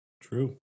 True